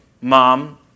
mom